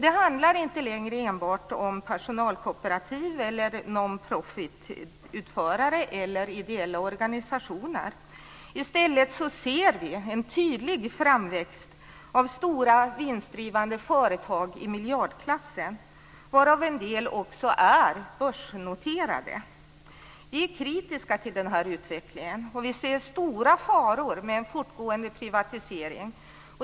Det handlar inte längre enbart om personalkooperativ, non profitutförare eller ideella organisationer. I stället ser vi en tydlig framväxt av stora vinstdrivande företag i miljardklassen, varav en del också är börsnoterade. Vi är kritiska till denna utveckling och ser stora faror med en fortgående privatisering.